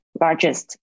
largest